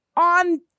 on